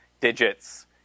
digits